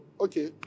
Okay